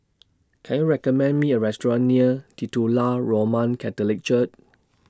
Can YOU recommend Me A Restaurant near Titular Roman Catholic Church